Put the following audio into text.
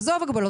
עזוב הגבלות,